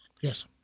Yes